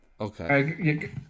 Okay